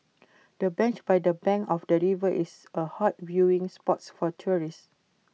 the bench by the bank of the river is A hot viewing spots for tourists